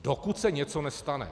Dokud se něco nestane.